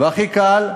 והכי קל,